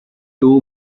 two